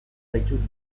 zaitut